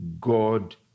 God